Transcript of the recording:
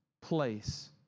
place